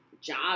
job